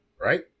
Right